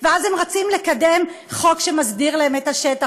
ואז הם רצים לקדם חוק שמסדיר להם את השטח,